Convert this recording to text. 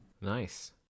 Nice